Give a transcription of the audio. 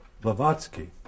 Blavatsky